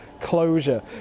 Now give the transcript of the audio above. closure